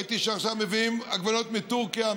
ראיתי שעכשיו מביאים עגבניות מטורקיה.